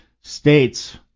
states